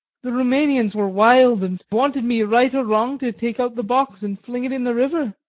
the roumanians were wild, and wanted me right or wrong to take out the box and fling it in the river.